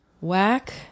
whack